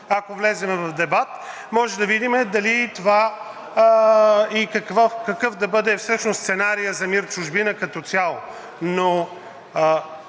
Ако влезем в дебат, може да видим какъв да бъде всъщност сценарият за МИР „Чужбина“ като цяло.